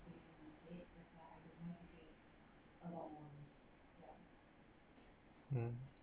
mm